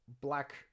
black